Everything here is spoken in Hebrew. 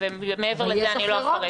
ומעבר לזה לא אפרט.